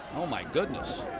oh, my goodness.